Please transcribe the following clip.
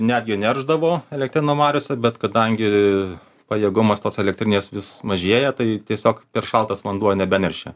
netgi neršdavo elektrėnų mariose bet kadangi pajėgumas tos elektrinės vis mažėja tai tiesiog per šaltas vanduo nebeneršia